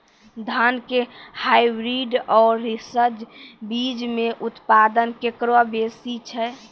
धान के हाईब्रीड और रिसर्च बीज मे उत्पादन केकरो बेसी छै?